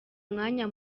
umwanya